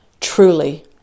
truly